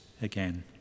again